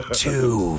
two